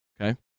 Okay